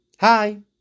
Hi